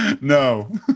No